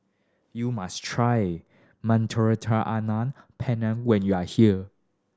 you must try Mediterranean Penne when you are here